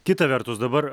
kita vertus dabar